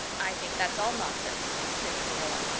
i think that's all nonsense, sniffed marilla.